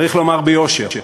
צריך לומר ביושר: